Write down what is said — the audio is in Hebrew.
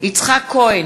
יצחק כהן,